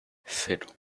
cero